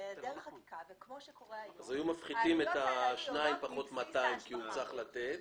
היו מפחיתים משני מיליון 200 אלף,